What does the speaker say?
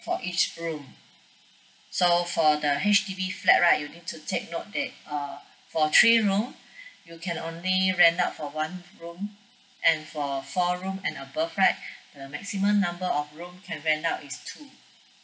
for each room so for the H_D_B flat right you need to take note that uh for three room you can only rent up for one room and for four room and above right the maximum number of room you can rent up is two